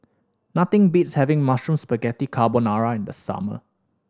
nothing beats having Mushroom Spaghetti Carbonara in the summer